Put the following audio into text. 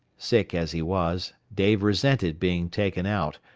sick as he was, dave resented being taken out,